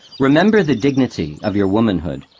remember the dignity of your womanhood.